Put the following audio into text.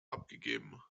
abgegeben